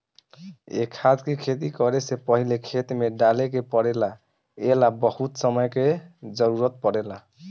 ए खाद के खेती करे से पहिले खेत में डाले के पड़ेला ए ला बहुत समय के जरूरत पड़ेला